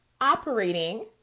operating